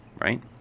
right